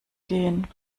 gehen